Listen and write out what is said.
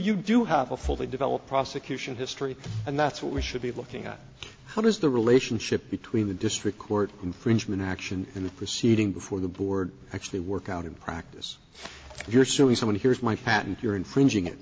you do have a fully developed prosecution history and that's what we should be looking at how does the relationship between the district court infringement action in the proceeding before the board actually work out in practice you're suing someone here's my patent you're infringing it